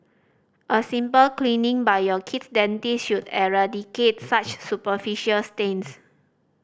a simple cleaning by your kid's dentist should eradicate such superficial stains